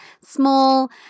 small